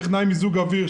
טכנאי מיזוג אוויר,